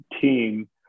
team